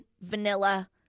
vanilla